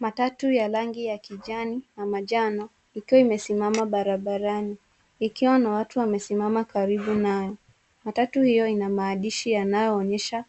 Matatu ya rangi ya kijani na manjano ikiwa imesimama barabarani ikiwa na watu wamesimama karibu nayo. Matatu hiyo ina maandishi yanayoonyesha